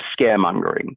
scaremongering